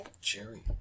Jerry